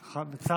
אה, היה?